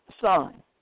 son